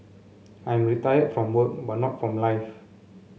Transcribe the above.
I am retired from work but not from life